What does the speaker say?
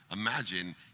imagine